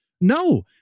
no